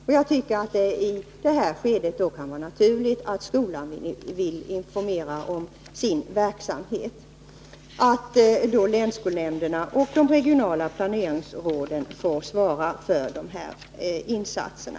Jag tycker därför att det i detta skede kan vara naturligt att skolan informerar om sin verksamhet, och länsskolnämnderna och de regionala planeringsråden bör få svara för insatserna.